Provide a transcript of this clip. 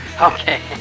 Okay